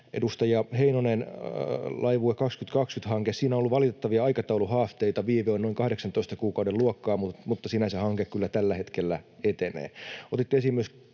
Edustaja Heinonen, Laivue 2020 ‑hanke: Siinä on ollut valitettavia aikatauluhaasteita. Viive on noin 18 kuukauden luokkaa, mutta sinänsä hanke kyllä tällä hetkellä etenee. Otitte esiin myös